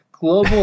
Global